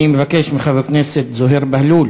אני מבקש מחבר הכנסת זוהיר בהלול